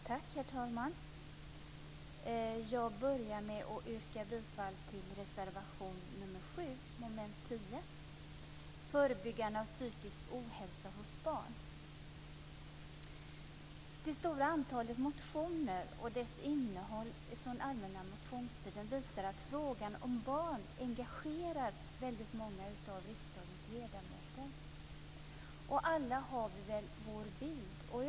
Herr talman! Jag börjar med att yrka bifall till reservation nr 7, under mom. 10, Förebyggande av psykisk ohälsa hos barn. Det stora antalet motioner - och deras innehåll - från den allmänna motionstiden visar att frågan om barn engagerar väldigt många av riksdagens ledamöter. Och alla har vi väl vår egen bild.